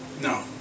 no